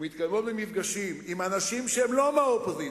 ומתקיימות במפגשים עם אנשים שהם לא מהאופוזיציה,